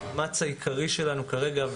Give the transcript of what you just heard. המאמץ העיקרי שלנו כרגע,